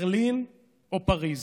ברלין או פריז